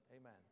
Amen